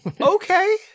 Okay